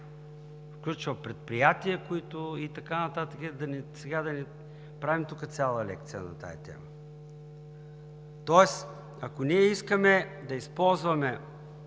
включва предприятия и така нататък, сега да не правим тук цяла лекция на тази тема. Тоест, ако ние искаме да използваме